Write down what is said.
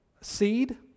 seed